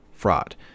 Fraud